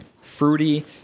Fruity